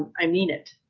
i mean it.